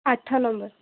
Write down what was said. ଆଠ ନମ୍ବର୍